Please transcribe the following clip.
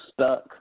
stuck